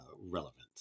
relevant